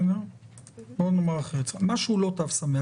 פשוט תינוק עד גיל שנה צמוד להורים שלו ולא מסתובב ומדביק